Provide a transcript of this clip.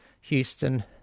Houston